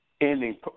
ending